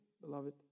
beloved